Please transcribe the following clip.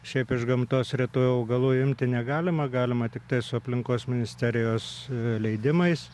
šiaip iš gamtos retųjų augalų imti negalima galima tiktai su aplinkos ministerijos leidimais